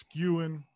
skewing